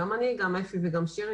אולי שירי